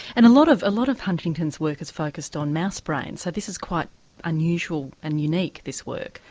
and a lot of lot of huntington's work is focused on mouse brains, so this is quite unusual and unique this work.